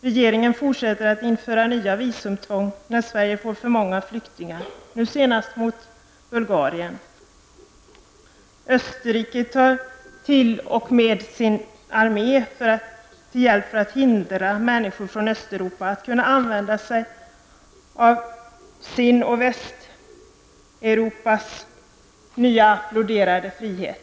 Regeringen fortsätter att införa nya visumtvång när Sverige får för många flyktingar -- senast gentemot Bulgarien. Österrike tar t.o.m. sin armé till hjälp för att hindra människor från Östeuropa att använda sig av sin nya och av Västeuropa applåderade frihet.